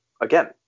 again